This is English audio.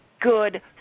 good